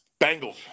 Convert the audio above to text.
Bengals